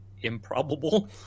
improbable